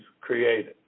created